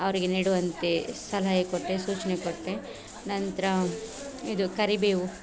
ಅವರಿಗೆ ನೆಡುವಂತೆ ಸಲಹೆ ಕೊಟ್ಟೆ ಸೂಚನೆ ಕೊಟ್ಟೆ ನಂತರ ಇದು ಕರಿಬೇವು